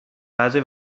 بعضی